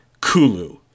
Kulu